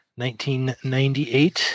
1998